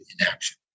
inaction